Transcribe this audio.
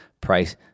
price